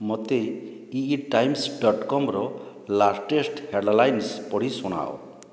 ମୋତେ E Times dot କମ୍ର latest headlines ପଢ଼ି ଶୁଣାଅ